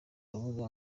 rubuga